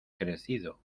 crecido